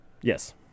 Yes